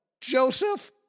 Joseph